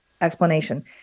explanation